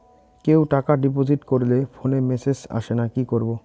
কেউ টাকা ডিপোজিট করলে ফোনে মেসেজ আসেনা কি করবো?